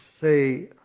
say